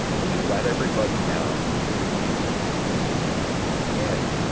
when you let everybody down, you get a do over. that's what i love. and,